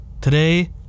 Today